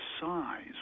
size